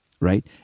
right